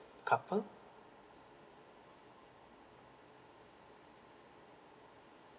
couple